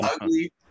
ugly